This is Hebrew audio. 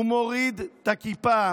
הוא מוריד את הכיפה